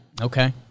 Okay